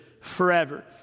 forever